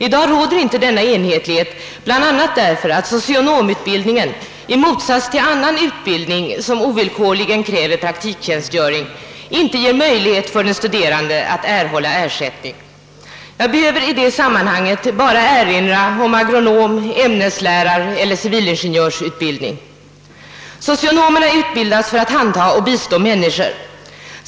I dag råder icke denna enhetlighet, bl.a. därför att socionomutbildningen, i motsats till annan utbildning som ovillkorligen kräver praktiktjänstgöring, icke ger möjlighet för den studerande att erhålla ersättning. Jag behöver i det sammanhanget bara erinra om agronom-, ämneslärareller civilingenjörsutbildningen. Socionomerna utbildas för att handha och bistå människor.